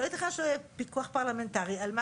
לא ייתכן שלא יהיה פיקוח פרלמנטרי על מה